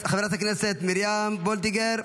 חברת הכנסת מרים וולדיגר,